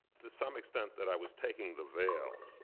to some extent, that i was taking the veil.